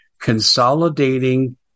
consolidating